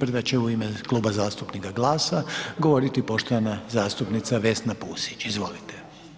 prva će u ime Kluba zastupnika GLAS-a govoriti poštovana zastupnica Vesna Pusić, izvolite.